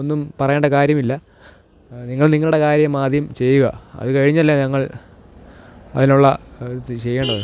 ഒന്നും പറയണ്ടകാര്യമില്ല നിങ്ങള് നിങ്ങളുടെ കാര്യം ആദ്യം ചെയ്യുക അതുകഴിഞ്ഞല്ലേ ഞങ്ങള് അതിനുള്ള ഇത് ചെയ്യേണ്ടത്